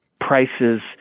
prices